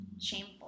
shameful